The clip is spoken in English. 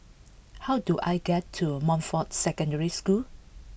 how do I get to Montfort Secondary School